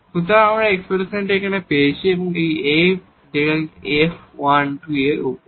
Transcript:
সুতরাং আমরা এই এক্সপ্রেশনটি এখানে পেয়েছি এবং এই Δ f 1 2 র উপর